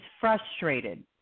frustrated